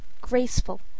graceful